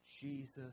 Jesus